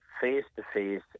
face-to-face